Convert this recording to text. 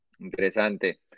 Interesante